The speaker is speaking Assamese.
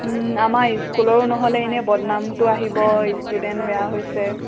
আমাৰ স্কুলৰো নহ'লে এনেই বদনামটো আহিব ষ্টুডেণ্ট বেয়া হৈছে